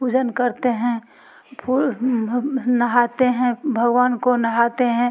पूजन करते हैं फुल नहाते हैं भगवान को नहाते हैं